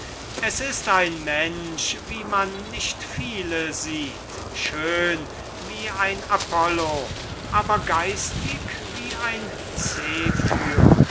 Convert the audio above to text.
das ist ein mensch wie man nicht viele sieht schön wie apollo aber geistig wie ein zephyr